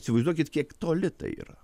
įsivaizduokit kiek toli tai yra